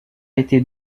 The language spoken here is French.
été